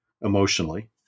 emotionally